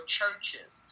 churches